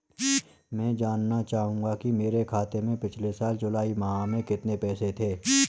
मैं जानना चाहूंगा कि मेरे खाते में पिछले साल जुलाई माह में कितने पैसे थे?